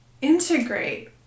integrate